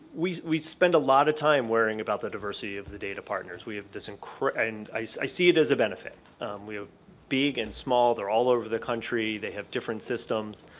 we we spend a lot of time worrying about the diversity of the data partners we have this incredible, i see it as a benefit we have big and small they're all over the country they have different systems,